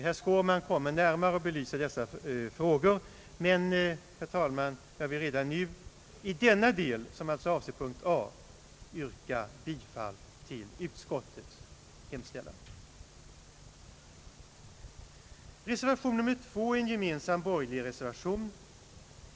Herr Skårman kommer att närmare belysa dessa frågor, men, herr talman, jag vill redan nu i denna del, som alltså avser punkten A, yrka bifall till utskottets hemställan. Reservation II är en gemensam borgerlig reservation.